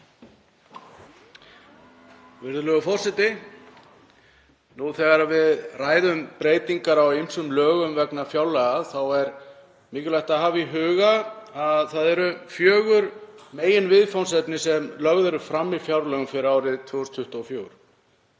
Virðulegur forseti. Nú þegar við ræðum breytingar á ýmsum lögum vegna fjárlaga er mikilvægt að hafa í huga að það eru fjögur meginviðfangsefni sem lögð eru fram í fjárlögum fyrir árið 2024;